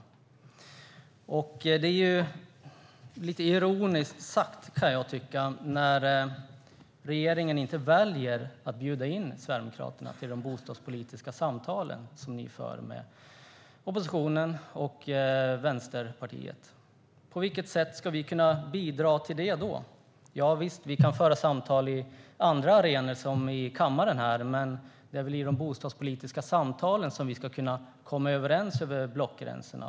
Jag kan tycka att det är lite ironiskt sagt när regeringen väljer att inte bjuda in Sverigedemokraterna till de bostadspolitiska samtal som man för med oppositionen och Vänsterpartiet. På vilket sätt ska vi då kunna bidra till det? Javisst, vi kan föra samtal på andra arenor, som i kammaren här, men det är väl i de bostadspolitiska samtalen som vi ska kunna komma överens över blockgränsen.